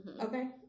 Okay